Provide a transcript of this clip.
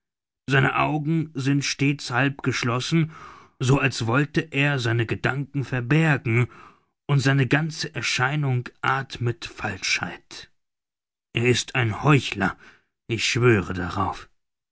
seine augen sind stets halb geschlossen so als wollte er seine gedanken verbergen und seine ganze erscheinung athmet falschheit er ist ein heuchler ich schwöre darauf